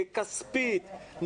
כספית,